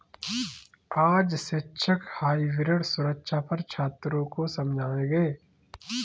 आज शिक्षक हाइब्रिड सुरक्षा पर छात्रों को समझाएँगे